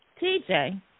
TJ